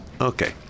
Okay